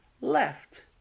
left